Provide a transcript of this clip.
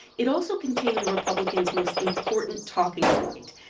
it also contained the republicans' most important talking point.